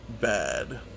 bad